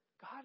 God